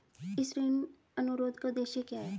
इस ऋण अनुरोध का उद्देश्य क्या है?